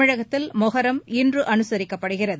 தமிழகத்தில் மொகரம் இன்று அனுசரிக்கப்படுகிறது